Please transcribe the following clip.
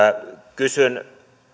kysyn